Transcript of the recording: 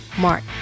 Mark